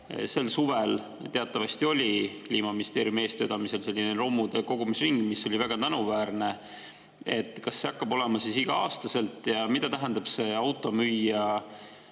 Sel suvel oli teatavasti Kliimaministeeriumi eestvedamisel romude kogumise ring, mis oli väga tänuväärne. Kas see hakkab olema iga aasta? Ja mida tähendab see automüüja